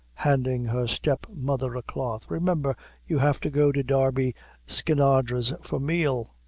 handing her stepmother a cloth, remimber you have to go to darby skinadre's for meal.